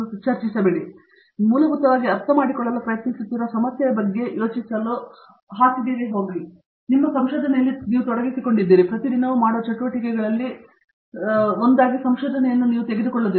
ತದನಂತರ ನೀವು ಮೂಲಭೂತವಾಗಿ ಅರ್ಥಮಾಡಿಕೊಳ್ಳಲು ಪ್ರಯತ್ನಿಸುತ್ತಿರುವ ಸಮಸ್ಯೆಯ ಬಗ್ಗೆ ಯೋಚಿಸಲು ಹಾಸಿಗೆಗೆ ಹೋಗಬೇಕು ನಿಮ್ಮ ಸಂಶೋಧನೆಯಲ್ಲಿ ನೀವು ತೊಡಗಿಸಿಕೊಂಡಿದ್ದೀರಿ ನೀವು ಪ್ರತಿದಿನವೂ ಮಾಡುವ ಚಟುವಟಿಕೆಗಳಲ್ಲಿ ಒಂದಾಗಿ ನೀವು ಸಂಶೋಧನೆಯನ್ನು ತೆಗೆದುಕೊಳ್ಳುವುದಿಲ್ಲ